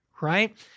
right